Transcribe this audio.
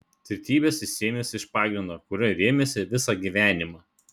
tvirtybės jis sėmėsi iš pagrindo kuriuo rėmėsi visą gyvenimą